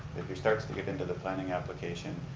if he starts to get into the planning application,